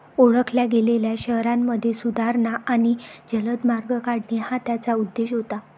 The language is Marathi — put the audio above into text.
ओळखल्या गेलेल्या शहरांमध्ये सुधारणा आणि जलद मार्ग काढणे हा त्याचा उद्देश होता